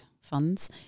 funds